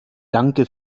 danke